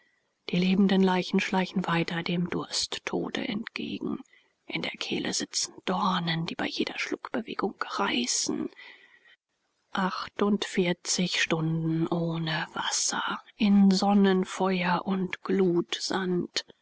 die lebenden leichen schleichen weiter dem dursttode entgegen in der kehle sitzen dornen die bei jeder schluckbewegung reißen achtundvierzig stunden ohne wasser in sonnenfeuer und